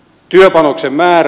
työpanoksen määrä